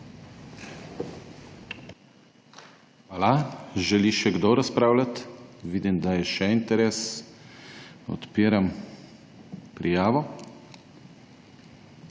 Hvala. Želi še kdo razpravljat? (Da.) Vidim, da je še interes. Odpiram prijavo.